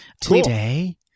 Today